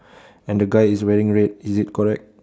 and the guy is wearing red is it correct